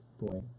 boy